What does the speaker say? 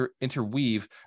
interweave